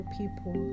people